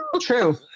true